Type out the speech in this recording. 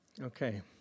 Okay